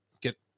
get